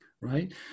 right